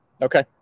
Okay